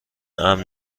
امن